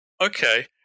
Okay